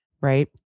Right